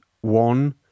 one